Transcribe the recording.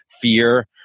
fear